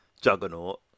Juggernaut